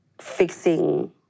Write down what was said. fixing